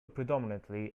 predominantly